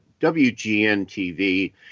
WGN-TV